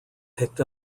picked